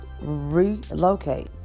Relocate